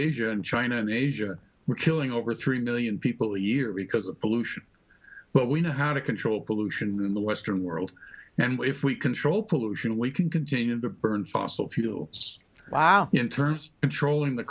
asia and china and asia we're killing over three million people a year because of pollution but we know how to control pollution in the western world if we control pollution we can continue to burn fossil fuels in terms of trolling the